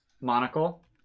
monocle